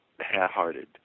half-hearted